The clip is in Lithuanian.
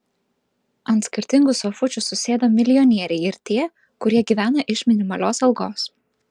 ant skirtingų sofučių susėdo milijonieriai ir tie kurie gyvena iš minimalios algos